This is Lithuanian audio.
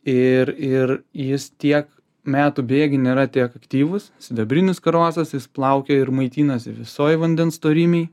ir ir jis tiek metų bėgy nėra tiek aktyvus sidabrinis karosas jis plaukioja ir maitinasi visoj vandens storymėj